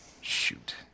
shoot